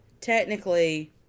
technically